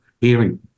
hearing